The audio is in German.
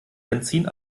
benzin